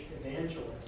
evangelists